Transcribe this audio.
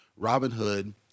Robinhood